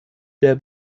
der